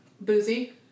Boozy